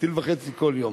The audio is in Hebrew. טיל וחצי כל יום.